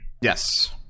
Yes